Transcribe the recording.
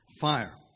fire